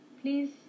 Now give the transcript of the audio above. Please